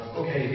okay